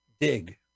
Dig